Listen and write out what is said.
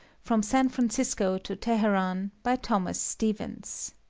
from san francisco to teheran by thomas stevens